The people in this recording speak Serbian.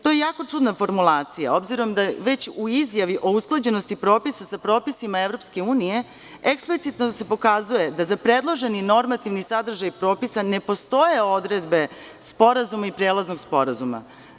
To je jako čudna formulacija, obzirom da se već u izjavi o usklađenosti propisa sa propisima EU eksplicitno pokazuje da za predloženi normativni sadržaj propisa ne postoje odredbe sporazuma i prelaznog sporazuma.